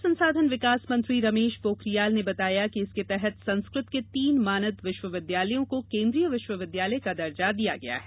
मानव संसाधन विकास मंत्री रमेश पोखरियाल ने बताया कि इसके तहत संस्कृत के तीन मानद विश्वविद्यालयों को केन्द्रीय विश्वविद्यालय का दर्जा दिया गया है